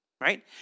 right